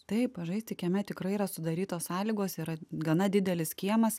taip pažaisti kieme tikrai yra sudarytos sąlygos yra gana didelis kiemas